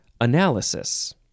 analysis